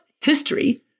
history